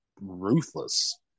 ruthless